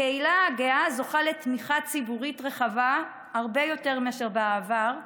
הקהילה הגאה זוכה לתמיכה ציבורית רחבה הרבה יותר מאשר בעבר.